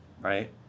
right